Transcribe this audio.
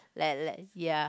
ya